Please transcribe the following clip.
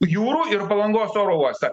jūrų ir palangos oro uostą